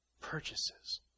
purchases